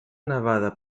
nevada